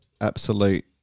absolute